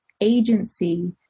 agency